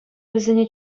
вӗсене